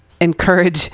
encourage